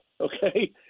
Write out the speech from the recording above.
okay